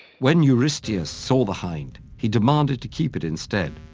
when eurystheus saw the hind, he demanded to keep it instead,